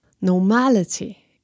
Normality